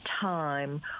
time